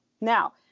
Now